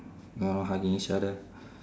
no lor hugging each other